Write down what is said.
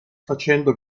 facendo